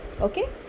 Okay